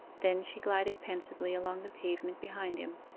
then she glided pensively along the pavement behind him,